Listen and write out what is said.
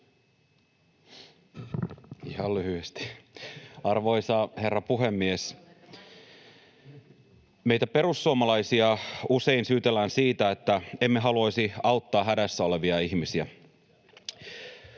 Arvoisa herra puhemies! Meitä perussuomalaisia usein syytellään siitä, että emme haluaisi auttaa hädässä olevia ihmisiä.